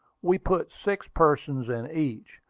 we put six persons in each,